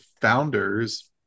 founders